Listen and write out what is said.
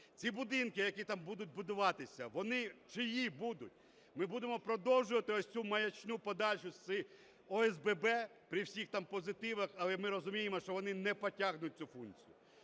Ці будинки, які там будуть будуватися, вони чиї будуть? Ми будемо продовжувати ось цю маячню подальшу з ОСББ при всіх позитивах, але ми розуміємо, що вони не потягнуть цю функцію?